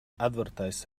advertise